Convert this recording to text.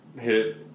hit